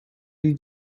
you